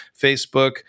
Facebook